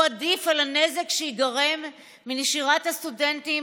הוא עדיף על הנזק שייגרם מנשירת הסטודנטים